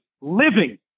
living